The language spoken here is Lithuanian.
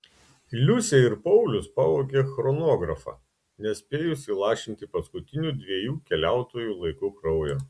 liusė ir paulius pavogė chronografą nespėjus įlašinti paskutinių dviejų keliautojų laiku kraujo